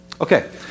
Okay